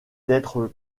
d’être